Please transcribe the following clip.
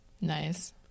Nice